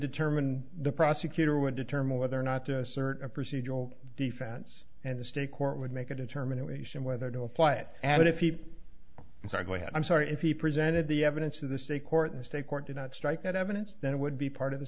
determine the prosecutor would determine whether or not to assert a procedural defense and the state court would make a determination whether to apply it and if he was i go ahead i'm sorry if he presented the evidence to the state court the state court did not strike that evidence that would be part of the